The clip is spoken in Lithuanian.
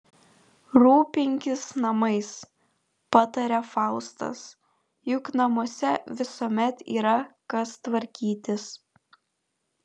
rūpinkis namais pataria faustas juk namuose visuomet yra kas tvarkytis